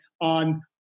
on